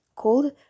Called